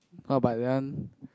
oh but that one